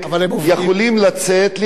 עפו, זה נגמר.